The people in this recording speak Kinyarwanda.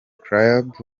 clubs